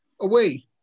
away